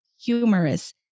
humorous